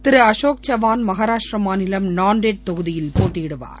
திரு அசோக் சவான் மகாராஷ்டிரா மாநிலம் நான்டெட் தொகுதியில் போட்டியிடுவார்